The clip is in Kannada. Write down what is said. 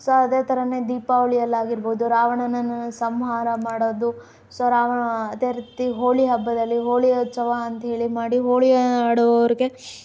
ಸೊ ಅದೇ ಥರನೇ ದೀಪಾವಳಿಯಲ್ಲಾಗಿರಬಹುದು ರಾವಣನನ್ನು ಸಂಹಾರ ಮಾಡೋದು ಸೊ ರಾವ್ ಅದೇ ರೀತಿ ಹೋಳಿ ಹಬ್ಬದಲ್ಲಿ ಹೋಳಿ ಹಚ್ಚುವ ಅಂಥೇಳಿ ಮಾಡಿ ಹೋಳಿ ಆಡೋರಿಗೆ